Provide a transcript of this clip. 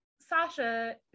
Sasha